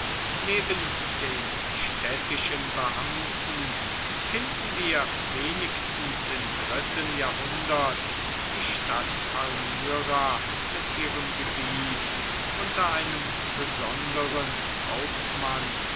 neben den städtischen beamten finden wir wenigstens im dritten jahrhundert die stadt palmyra mit ihrem gebiet unter einem besonderen hauptmann